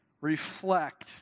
reflect